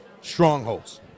strongholds